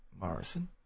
Morrison